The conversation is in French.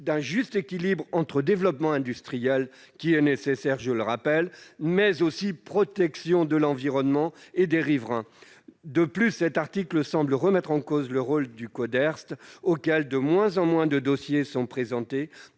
d'un juste équilibre entre le développement industriel, qui est- je le rappelle -nécessaire, et la protection de l'environnement et des riverains. De plus, cet article semble remettre en cause le rôle du Coderst, auquel de moins en moins de dossiers sont présentés,